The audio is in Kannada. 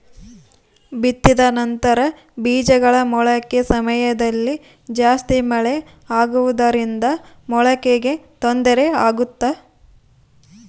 ಬಿತ್ತಿದ ನಂತರ ಬೇಜಗಳ ಮೊಳಕೆ ಸಮಯದಲ್ಲಿ ಜಾಸ್ತಿ ಮಳೆ ಆಗುವುದರಿಂದ ಮೊಳಕೆಗೆ ತೊಂದರೆ ಆಗುತ್ತಾ?